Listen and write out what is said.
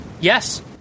Yes